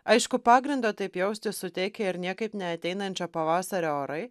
aišku pagrindo taip jaustis suteikia ir niekaip neateinančio pavasario orai